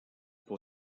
pour